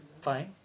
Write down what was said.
fine